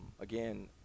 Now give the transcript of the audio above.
Again